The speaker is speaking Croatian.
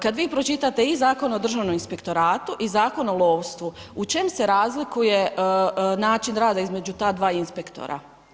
Kad vi pročitate i Zakon o Državnom inspektoratu i Zakon o lovstvu, u čem se razlikuje način rada između ta dva inspektora?